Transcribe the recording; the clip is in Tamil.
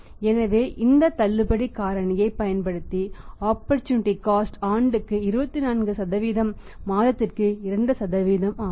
எனவே இந்த தள்ளுபடி காரணியை பயன்படுத்தி ஆபர்டூநிடீ காஸ்ட் ஆண்டுக்கு 24 மாதத்திற்கு 2 ஆகும்